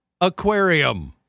Aquarium